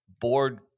board